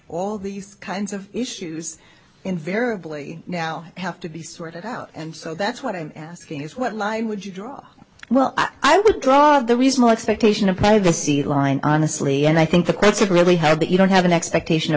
all these kinds of issues invariably now have to be sorted out and so that's what i'm asking is what lie would you draw well i would draw the reasonable expectation of privacy line honestly and i think the courts have really had that you don't have an expectation of